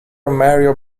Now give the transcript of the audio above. mario